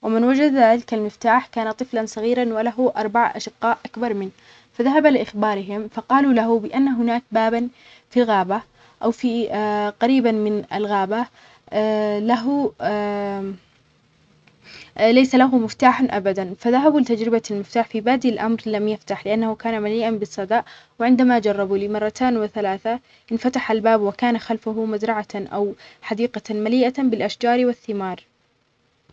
ومن وجد ذلك المفتاح كان طفلًا صغيرًا وله أربعة أشقاء أكبر منه، فذهب لإخبارهم فقالوا له بأن هناك بابًا في غابة أو في قريبًا من الغابة (اا) له ليس له مفتاحًا أبدًا فذهبوا لتجربة المفتاح، في بادئ الأمر لم يفتح لأنه كان مليئًا بالصدأ وعندما جربوه لمرتان وثلاثة انفتح الباب، وكان خلفه مزرعة أو حديقة مليئة بالأشجار والثمار.